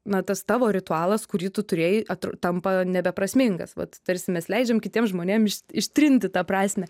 na tas tavo ritualas kurį tu turėjai atru tampa nebe prasmingas vat tarsi mes leidžiam kitiem žmonėm ištrinti tą prasmę